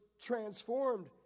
transformed